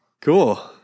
Cool